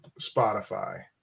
Spotify